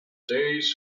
days